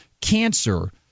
cancer